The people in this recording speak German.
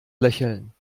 lächeln